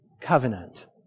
covenant